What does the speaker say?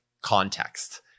context